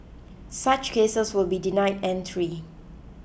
such cases will be denied entry